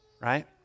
right